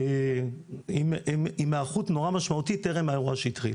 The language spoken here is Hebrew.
עם היערכות נורא משמעותית טרם האירוע שהתחיל.